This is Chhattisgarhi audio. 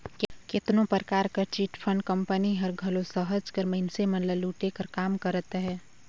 केतनो परकार कर चिटफंड कंपनी हर घलो सहज कर मइनसे मन ल लूटे कर काम करत अहे